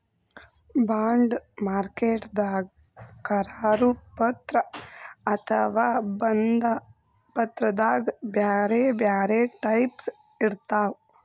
bond ಮಾರ್ಕೆಟ್ದಾಗ್ ಕರಾರು ಪತ್ರ ಅಥವಾ ಬಂಧ ಪತ್ರದಾಗ್ ಬ್ಯಾರೆ ಬ್ಯಾರೆ ಟೈಪ್ಸ್ ಇರ್ತವ್